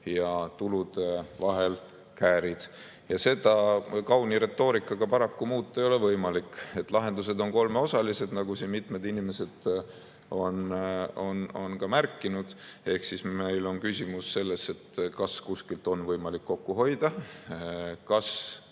ja tulude vahel käärid. Seda kauni retoorikaga paraku muuta ei ole võimalik. Lahendused on kolmeosalised, nagu siin mitmed inimesed on märkinud, ehk meil on küsimus selles, kas kuskilt on võimalik kokku hoida, kas